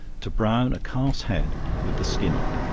to brown a calf's head with the skin on.